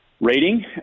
rating